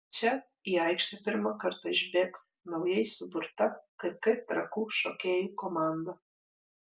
čia į aikštę pirmą kartą išbėgs naujai suburta kk trakų šokėjų komanda